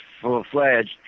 full-fledged